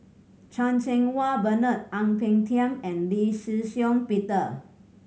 Chan Cheng Wah Bernard Ang Peng Tiam and Lee Shih Shiong Peter